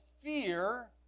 fear